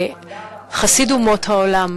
כחסיד אומות העולם,